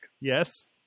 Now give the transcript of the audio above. Yes